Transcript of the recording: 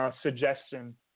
suggestion